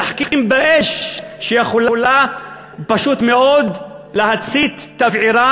משחקים באש שיכולה פשוט להצית תבערה